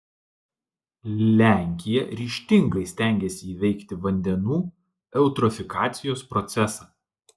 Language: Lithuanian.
lenkija ryžtingai stengiasi įveikti vandenų eutrofikacijos procesą